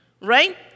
right